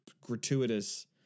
gratuitous